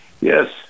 Yes